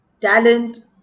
talent